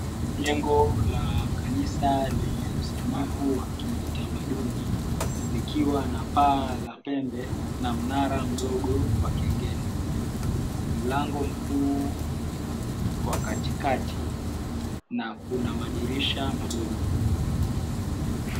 Jengo la kanisa lenye usanafu wa kitamaduni likiwa na paa la pembe na mnara mdogo wa kengele. Mlango mkuu wa katikati na kuna madirisha madogo.